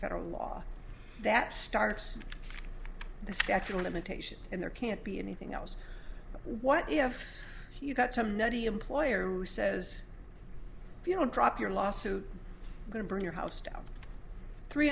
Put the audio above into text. federal law that starts the statue limitations and there can't be anything else but what if you've got some nutty employer who says you know drop your lawsuit going to burn your house down three